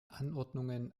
anordnungen